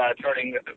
turning